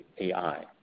AI